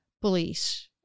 police